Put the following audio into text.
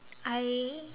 I